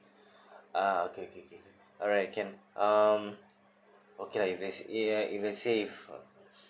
ah okay okay okay alright can um okay if let's say ya if let's say if